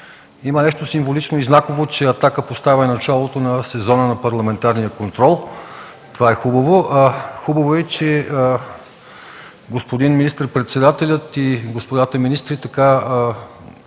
Има нещо символично и знаково, че „Атака” поставя началото на сезона на парламентарния контрол. Това е хубаво. Хубаво е, че господин министър-председателят и господата министри така